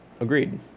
Agreed